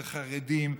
זה חרדים,